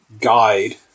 guide